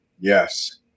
Yes